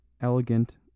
elegant